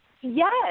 Yes